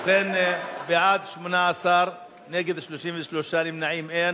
ובכן, בעד, 18, נגד, 33, נמנעים, אין.